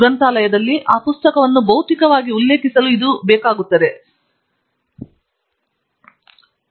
ಗ್ರಂಥಾಲಯದಲ್ಲಿ ಆ ಪುಸ್ತಕವನ್ನು ಭೌತಿಕವಾಗಿ ಉಲ್ಲೇಖಿಸಲು ಇದು ಮೂಲಭೂತವಾಗಿರುತ್ತದೆ